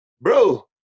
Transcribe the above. bro